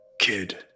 kid